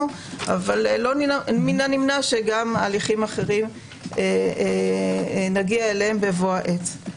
אך לא מן הנמנע שגם הליכים אחרים נגיע אליהם בבוא העת.